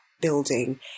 building